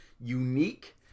unique